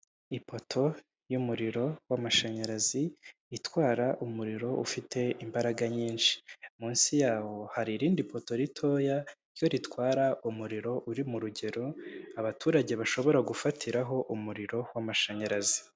Ipoto y'umuriro w'amashanyarazi, itwara umuriro ufite imbaraga nyinshi. Munsi yawo hari irindi poto ritoya, ryo ritwara umuriro uri mu rugero, abaturage bashobora gufatiraho umuriro w'amashanyarazi.